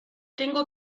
tengo